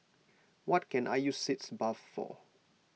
what can I use Sitz Bath for